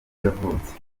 yavutse